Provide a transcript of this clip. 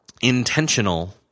intentional